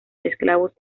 esclavos